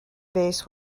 base